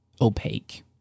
opaque